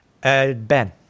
Ben